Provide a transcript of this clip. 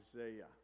Isaiah